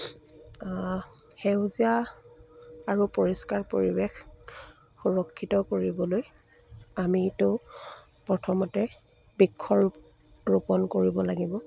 সেউজীয়া আৰু পৰিষ্কাৰ পৰিৱেশ সুৰক্ষিত কৰিবলৈ আমিটো প্ৰথমতে বৃক্ষ ৰোপণ কৰিব লাগিব